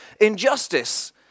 Injustice